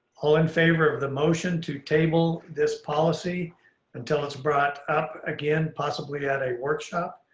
all in favor of the motion to table this policy until it's brought up again, possibly at a workshop,